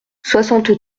soixante